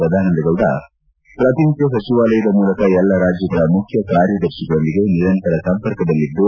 ಸದಾನಂದಗೌಡ ಪ್ರತಿನಿತ್ತ ಸಚಿವಾಲಯದ ಮೂಲಕ ಎಲ್ಲ ರಾಜ್ಯಗಳ ಮುಖ್ಯಕಾರ್ಯದರ್ಶಿಗಳೊಂದಿಗೆ ನಿರಂತರ ಸಂಪರ್ಕದಲ್ಲಿದ್ದು